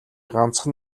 ганцхан